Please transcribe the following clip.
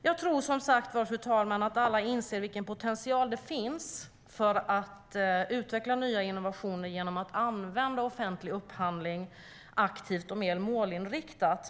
Jag tror, fru talman, att alla inser vilken potential det finns för att utveckla nya innovationer genom att använda offentlig upphandling aktivt och mer målinriktat.